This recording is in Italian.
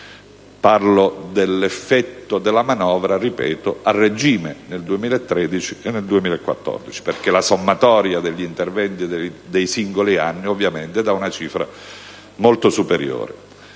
parlo dell'effetto della manovra a regime nel 2013 e nel 2014, perché la sommatoria degli interventi dei singoli anni dà ovviamente una cifra molto superiore.